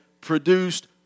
produced